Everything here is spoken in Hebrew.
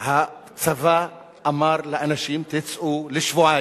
הצבא אמר לאנשים: תצאו לשבועיים,